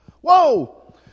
Whoa